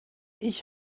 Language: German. ich